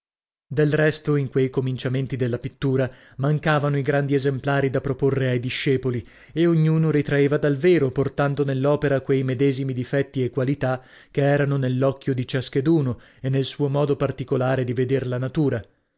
del resto in quei cominciamenti della pittura mancavano i grandi esemplari da proporre ai discepoli e ognuno ritraeva dal vero portando nell'opera quei medesimi difetti e qualità che erano nell'occhio di ciascheduno e nel suo modo particolare di veder la natura